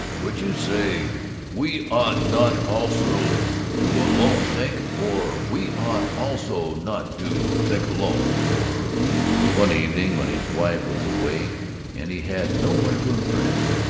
would you say we ought not also to alone think or we ought also not to think alone or one evening when his wife was away and he had no one to impress,